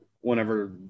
whenever